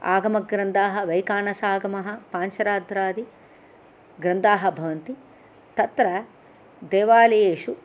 आगमग्रन्थाः वैखानसागमः पाञ्चरात्रादि ग्रन्थाः भवन्ति तत्र देवालयेषु